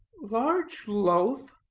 large loaf?